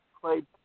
played